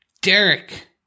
Derek